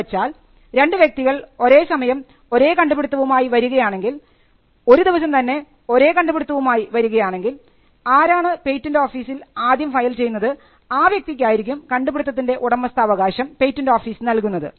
എന്ന് വെച്ചാൽ രണ്ട് വ്യക്തികൾ ഒരേ സമയം ഒരേ കണ്ടുപിടുത്തവുമായി വരികയാണെങ്കിൽ ഒരു ദിവസം തന്നെ ഒരേ കണ്ടുപിടുത്തവുമായി വരികയാണെങ്കിൽ ആരാണ് പേറ്റന്റ് ആഫീസിൽ ആദ്യം ഫയൽ ചെയ്യുന്നത് ആ വ്യക്തിക്ക് ആയിരിക്കും കണ്ടുപിടുത്തത്തിൻറെ ഉടമസ്ഥാവകാശം പേറ്റന്റ് ആഫീസ് നൽകുന്നത്